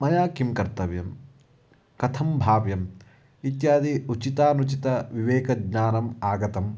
मया किं कर्तव्यं कथं भाव्यम् इत्यादि उचितानुचितं विवेकज्ञानम् आगतम्